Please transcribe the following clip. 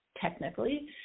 technically